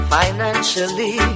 financially